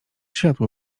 światło